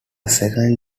second